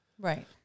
Right